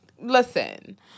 Listen